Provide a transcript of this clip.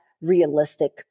realistic